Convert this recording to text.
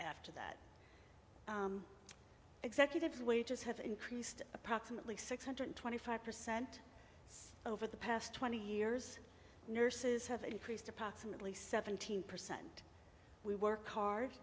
after that executives wages have increased approximately six hundred twenty five percent over the past twenty years nurses have increased approximately seventeen percent we work hard